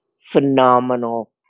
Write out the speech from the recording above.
phenomenal